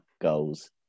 goals